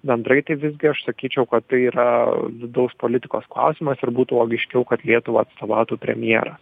bendrai tai visgi aš sakyčiau kad tai yra vidaus politikos klausimas ir būtų logiškiau kad lietuvą atstovautų premjeras